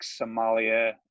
Somalia